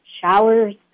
showers